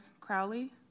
Crowley